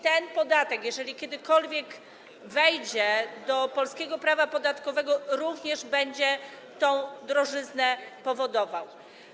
Ten podatek, jeżeli kiedykolwiek wejdzie do polskiego prawa podatkowego, również będzie tę drożyznę powodował.